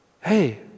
Hey